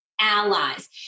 allies